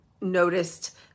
noticed